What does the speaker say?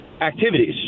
activities